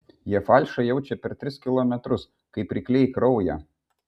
jie falšą jaučia per tris kilometrus kaip rykliai kraują